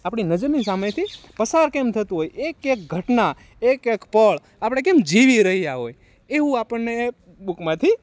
આપણી નજરની સામેથી પસાર કેમ થતું હોય એક એક ઘટના એક એક પળ આપણે કેમ જીવી રહ્યા હોય એવું આપણને બુકમાંથી